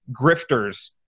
grifters